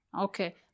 Okay